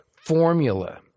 formula